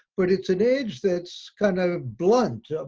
but it's an edge that's kind of blunt,